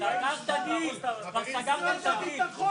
כבר סגרתם את הדיל.